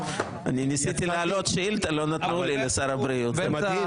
ניסיתי להעלות שאילתה לשר הבריאות ולא נתנו לי.